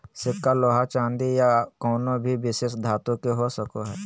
सिक्का लोहा चांदी या कउनो भी विशेष धातु के हो सको हय